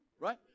Right